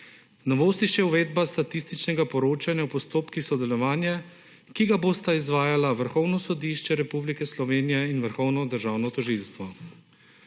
Novost je še uvedba statističnega poročanja v postopkih sodelovanja, ki ga bosta izvajala Vrhovno sodišče Republike Slovenije in Vrhovno državno tožilstvo.